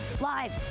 live